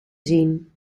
zien